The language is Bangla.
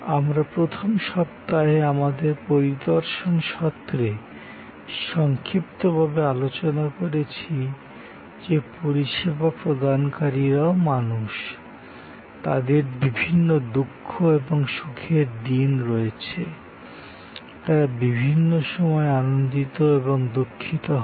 আমরা প্রথম সপ্তাহে আমাদের পরিদর্শন সত্রে সংক্ষিপ্তভাবে আলোচনা করেছি যে পরিষেবা প্রদানকারীরাও মানুষ তাদেরও বিভিন্ন দুঃখ এবং সুখের দিন রয়েছে তারা বিভিন্ন সময়ে আনন্দিত এবং দুখিত হন